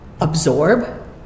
absorb